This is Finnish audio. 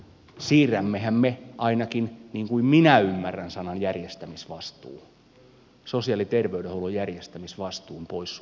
siirrämmehän me ainakin niin kuin minä ymmärrän sanan järjestämisvastuu sosiaali ja terveydenhuollon järjestämisvastuun pois suomen kunnilta